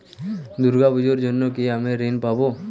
দুর্গা পুজোর জন্য কি আমি ঋণ পাবো?